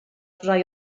rhai